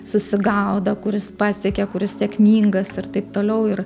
susigaudo kuris pasiekia kuris sėkmingas ir taip toliau ir